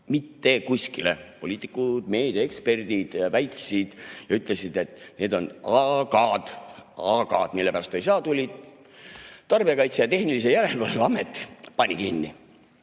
mitte kuskile. Poliitikud, meediaeksperdid väitsid ja ütlesid, et need on agad, agad, mille pärast ei saa. Tuli Tarbijakaitse ja Tehnilise Järelevalve Amet, pani